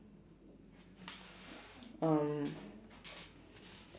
um